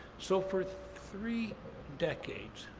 so for three decades,